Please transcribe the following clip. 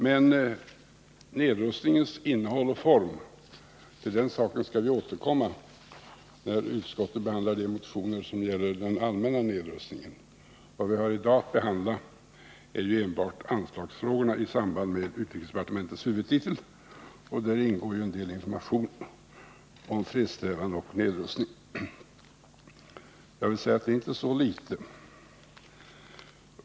Men till nedrustningens innehåll och form skall vi återkomma när utskottet behandlar de motioner som gäller den allmänna nedrustningen. Vad vi i dag har att behandla är enbart anslagsfrågorna i samband med utrikesdepartementets huvudtitel, och däri ingår ju en del information om fredssträvanden och nedrustning. Jag vill säga att det inte är så litet.